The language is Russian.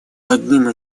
одним